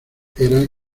era